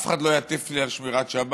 אף אחד לא יטיף לי על שמירת שבת.